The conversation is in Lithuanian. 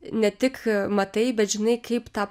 ne tik matai bet žinai kaip tą